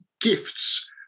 gifts